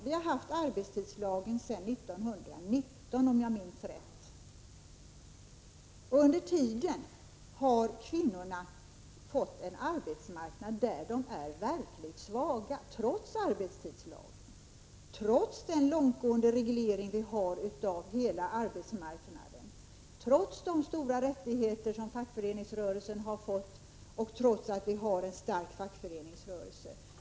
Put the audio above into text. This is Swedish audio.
Vi har haft arbetstidslagen sedan 1919, om jag minns rätt. Under tiden har kvinnorna fått en arbetsmarknad där de är verkligt svaga, trots arbetstidslagen, trots den långtgående reglering vi har av hela arbetsmarknaden, trots de stora rättigheter som fackföreningsrörelsen har fått och trots att vi har en stark fackföreningsrörelse.